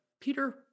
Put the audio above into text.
Peter